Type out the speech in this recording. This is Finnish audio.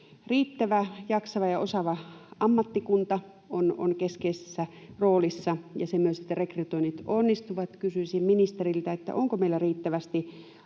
Riittävä, jaksava ja osaava ammattikunta on keskeisessä roolissa, ja myös se, että rekrytoinnit onnistuvat. Kysyisin ministeriltä: onko meillä riittävästi